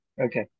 Okay